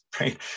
right